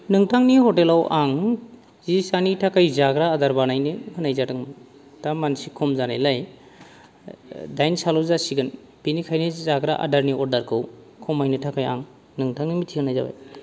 नोंथांनि हटेलाव आं जिसानि थाखाय जाग्रा आदार बानायनो होनाय जादोंमोन दा मानसि खम जानायलाय दाइनसोल' जासिगोन बेनिखायनो जाग्रा आदारनि अर्डार खौ खमायनो थाखाय आं नोंथांनो मिनथि होनाय जाबाय